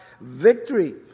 victory